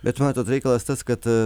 bet matot reikalas tas kad